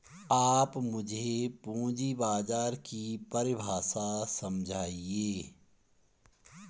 आप मुझे पूंजी बाजार की परिभाषा समझाइए